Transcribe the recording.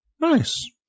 Nice